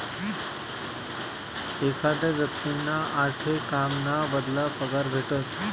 एखादा व्यक्तींना आठे काम ना बदला पगार भेटस